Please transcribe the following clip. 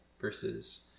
versus